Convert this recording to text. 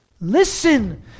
Listen